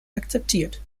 akzeptiert